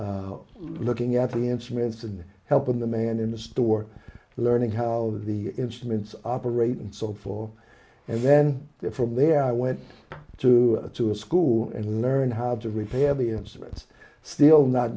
looking at the instruments and helping the man in the store learning how the instruments operate and so for and then from there i went to the to a school and learned how to repair the instruments still not